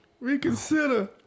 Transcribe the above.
Reconsider